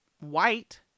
white